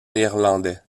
néerlandais